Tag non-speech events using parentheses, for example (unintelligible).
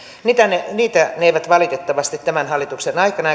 sitä ne eivät valitettavasti tämän hallituksen aikana (unintelligible)